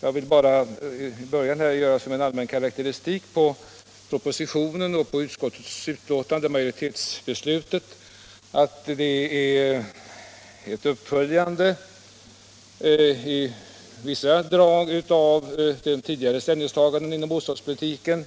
Jag vill bara i början som en allmän karakteristik av propositionen och av utskottets majoritetsförslag säga att de innebär ett uppföljande av tidigare ställningstaganden inom bostadspolitiken.